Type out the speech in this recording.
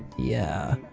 yeah.